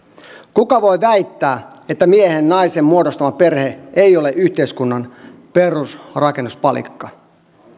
kuka voi väittää että miehen ja naisen muodostama perhe ei ole yhteiskunnan perusrakennuspalikka